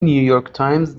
نیویورکتایمز